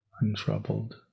untroubled